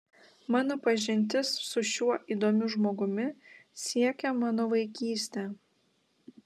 mano pažintis su šiuo įdomiu žmogumi siekia mano vaikystę